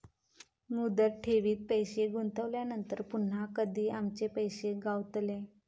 मुदत ठेवीत पैसे गुंतवल्यानंतर पुन्हा कधी आमचे पैसे गावतले?